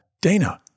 Dana